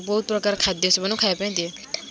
ବହୁତ ପ୍ରକାର ଖାଦ୍ୟ ସେମାନଙ୍କୁ ଖାଇବାପାଇଁ ଦିଏ